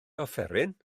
offeryn